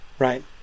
Right